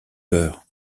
peur